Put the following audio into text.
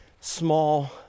small